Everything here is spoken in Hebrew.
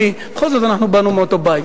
בכל זאת אנחנו באנו מאותו בית,